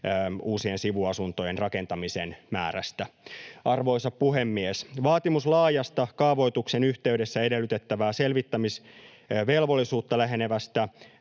uusien sivuasuntojen rakentamisen määrästä. Arvoisa puhemies! Vaatimus laajasta kaavoituksen yhteydessä edellytettävää selvitysvelvollisuutta lähenevästä